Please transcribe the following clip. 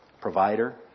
provider